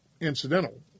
incidental